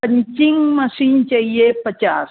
punching machine चाहिए पचास